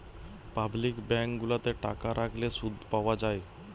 public bank গুলাতে টাকা রাখলে শুধ পাওয়া যায়